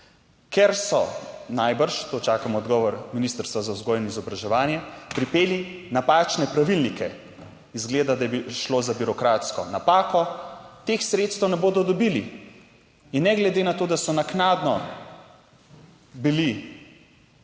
ker so, najbrž, to čakam odgovor Ministrstva za vzgojo in izobraževanje, pripeli napačne pravilnike, izgleda, da je šlo za birokratsko napako, teh sredstev ne bodo dobili. In ne glede na to, da so naknadno bili